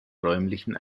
räumlichen